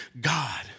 God